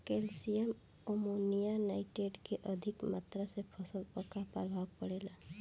Calcium ammonium nitrate के अधिक मात्रा से फसल पर का प्रभाव परेला?